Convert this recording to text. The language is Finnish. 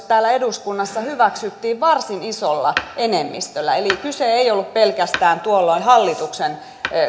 täällä eduskunnassa hyväksyttiin varsin isolla enemmistöllä eli kyse ei ollut pelkästään tuolloin hallituksen